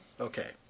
Okay